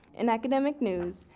in academic news,